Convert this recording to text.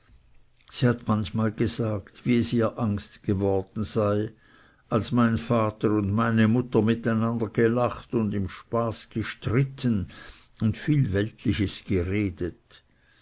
sie hat manchmal gesagt wie es ihr angst geworden sei als mein vater und meine mutter mit einander gelacht und im spaß gestritten und viel weltliches geredet